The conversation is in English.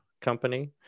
Company